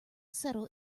settle